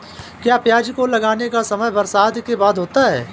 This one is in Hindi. क्या प्याज को लगाने का समय बरसात के बाद होता है?